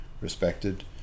respected